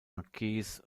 marquess